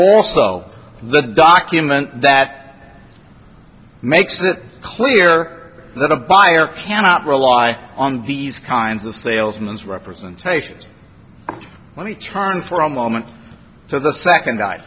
also the document that makes it clear that a buyer cannot rely on these kinds of salesman's representations when he turned for a moment to the second